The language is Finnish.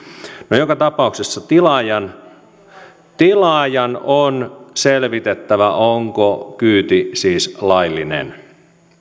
no joka tapauksessa tilaajan tilaajan on siis selvitettävä onko kyyti laillinen